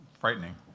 frightening